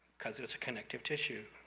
because it's a connective tissue.